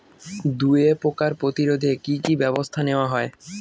দুয়ে পোকার প্রতিরোধে কি কি ব্যাবস্থা নেওয়া হয়?